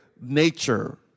nature